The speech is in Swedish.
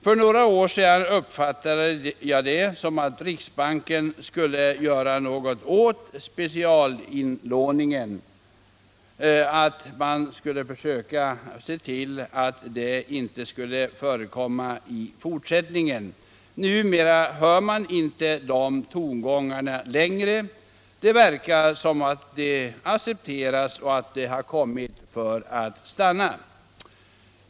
För några år sedan uppfattade jag det som att riksbanken skulle göra något åt specialinlåningen; den skulle inte få förekomma i fortsättningen. Numera hör man inte de tongångarna. Det verkar som om den har accepterats och kommit för att stanna.